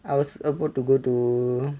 I was about to go to